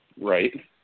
Right